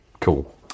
Cool